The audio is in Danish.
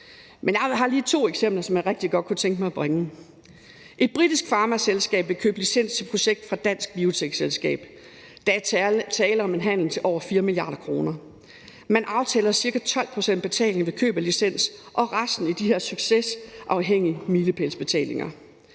jeg har lige to eksempler, som jeg rigtig godt kunne tænke mig at bringe. Et britisk farmaselskab vil købe licens til et projekt fra et dansk biotekselskab. Der er tale om en handel til over 4 mia. kr. Man aftaler ca. 12 pct. betaling ved køb af licens og resten i de her succesafhængige milepælsbetalinger.